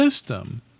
System